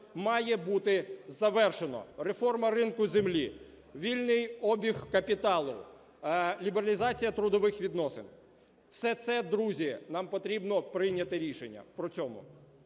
має бути завершено. Реформа ринку землі, вільний обіг капіталу, лібералізація трудових відносин, – все це, друзі, нам потрібно прийняти рішення. При цьому